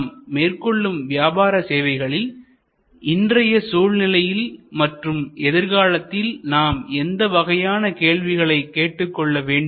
நாம் மேற்கொள்ளும் வியாபார சேவைகளில் இன்றைய சூழ்நிலையில் மற்றும் எதிர்காலத்தில் நாம் எந்த வகையான கேள்விகளை கேட்டுக் கொள்ள வேண்டும்